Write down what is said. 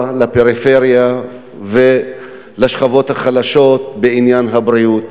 לפריפריה ולשכבות החלשות בעניין הבריאות,